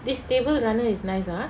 this table runner is nice ah